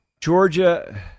Georgia